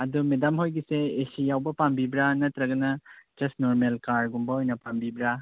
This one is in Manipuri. ꯑꯗꯨ ꯃꯦꯗꯥꯝ ꯍꯣꯏꯒꯤꯁꯦ ꯑꯦꯁꯤ ꯌꯥꯎꯕꯥ ꯄꯥꯝꯕꯤꯕ꯭ꯔꯥ ꯅꯠꯇ꯭ꯔꯒꯅ ꯖꯁ ꯅꯣꯔꯃꯦꯜ ꯀꯥꯔꯒꯨꯝꯕ ꯑꯣꯏꯅ ꯄꯥꯝꯕꯤꯕ꯭ꯔꯥ